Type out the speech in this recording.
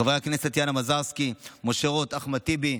חברי הכנסת יאנה מזרסקי, משה רוט, אחמד טיבי,